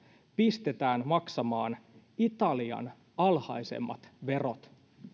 pistetään maksamaan italian alhaisemmat verot